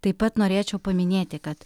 taip pat norėčiau paminėti kad